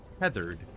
tethered